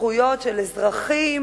זכויות של אזרחים